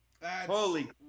holy